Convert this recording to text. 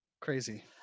crazy